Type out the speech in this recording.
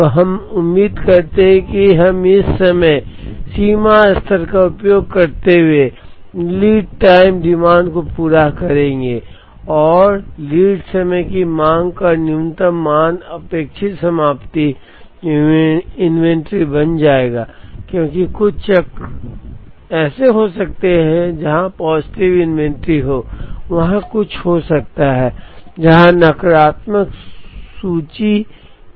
तो हम उम्मीद करते हैं कि हम इस समय सीमा स्तर का उपयोग करते हुए लीड टाइम डिमांड को पूरा करेंगे आर लीड समय की मांग का न्यूनतम मान अपेक्षित समाप्ति इन्वेंट्री बन जाएगा क्योंकि कुछ चक्र ऐसे हो सकते हैं जहां सकारात्मक इन्वेंट्री हो वहां कुछ चक्र ऐसे हो सकते हैं जहां नकारात्मक इन्वेंट्री हो